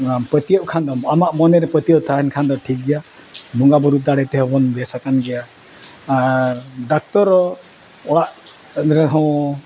ᱚᱱᱟᱢ ᱯᱟᱹᱛᱭᱟᱹᱜ ᱠᱷᱟᱱ ᱫᱚ ᱟᱢᱟᱜ ᱢᱚᱱᱮᱨᱮ ᱯᱟᱹᱛᱭᱟᱹᱣ ᱛᱟᱦᱮᱱ ᱠᱷᱟᱱ ᱫᱚ ᱴᱷᱤᱠ ᱜᱮᱭᱟ ᱵᱚᱸᱜᱟ ᱵᱩᱨᱩ ᱫᱟᱲᱮ ᱛᱮᱦᱚᱸ ᱵᱚᱱ ᱵᱮᱥ ᱟᱠᱟᱱ ᱜᱮᱭᱟ ᱟᱨ ᱰᱟᱠᱛᱚᱨ ᱚᱲᱟᱜ ᱨᱮᱦᱚᱸ